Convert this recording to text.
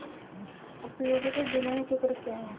उपयोगिता बिलिंग चक्र क्या है?